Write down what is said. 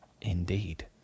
indeed